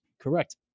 correct